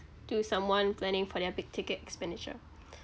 to someone planning for their big ticket expenditure